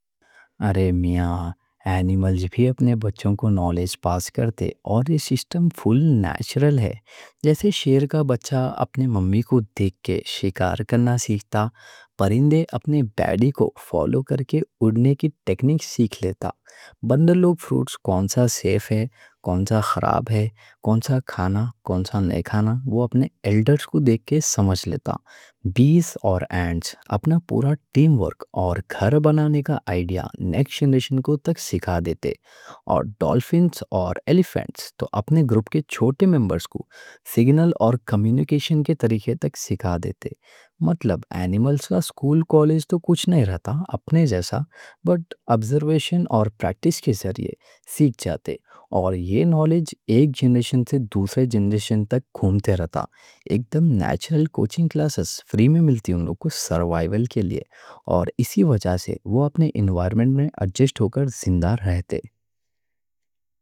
ارے میاں اینیملز بھی اپنے بچوں کو نالج پاس کرتے، اور یہ سسٹم فل نیچرل ہے۔ جیسے شیر کا بچہ اپنی ممی کو دیکھ کے شکار کرنا سیکھتا، پرندے اپنے ڈیڈی کو فالو کرکے اڑنے کی ٹیکنیک سیکھ لیتا۔ بندر لوگ فروٹس کون سا سیف ہے، کون سا خراب ہے، کون سا کھانا، کون سا نہیں کھانا، وہ اپنے ایلڈرز کو دیکھ کے سمجھ لیتا۔ بیز اور اینٹس اپنا پورا ٹیم ورک اور گھر بنانے کا آئیڈیا نیکس جنریشن تک سکھا دیتے۔ اور ڈالفنز اور ایلیفینٹس تو اپنے گروپ کے چھوٹے میمبرز کو سگنل اور کمیونیکیشن کے طریقے تک سکھا دیتے۔ مطلب اینیملز کا اسکول کالج تو کچھ نہیں رہتا، اپنے جیسا بس آبزرویشن اور پریکٹس کے ذریعے یہ سیکھ جاتے۔ اور یہ نالج ایک جنریشن سے دوسرے جنریشن تک گھومتے رہتا۔ ایک دم نیچرل کوچنگ کلاسز فری میں ملتی ہیں ان لوگ کو سروائیول کے لیے۔ اور اسی وجہ سے وہ اپنے انوائرمنٹ میں ایڈجسٹ ہو کے زندہ رہتے۔